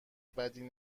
بدی